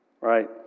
right